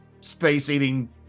space-eating